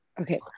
Okay